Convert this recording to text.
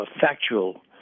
factual